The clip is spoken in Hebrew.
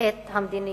את המדיניות.